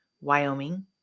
Wyoming